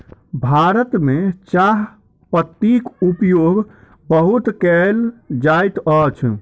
भारत में चाह पत्तीक उपयोग बहुत कयल जाइत अछि